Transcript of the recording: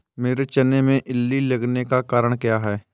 मेरे चने में इल्ली लगने का कारण क्या है?